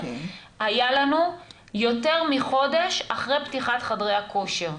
היה לנו יותר מחודש אחרי פתיחת חדרי הכושר.